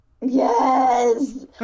Yes